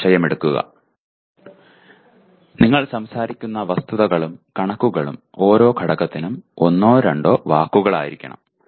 ഒരു വിഷയം എടുക്കുക നിങ്ങൾ സംസാരിക്കുന്ന വസ്തുതകളും കണക്കുകളും ഓരോ ഘടകത്തിനും ഒന്നോ രണ്ടോ വാക്കുകളായിരിക്കണം